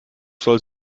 soll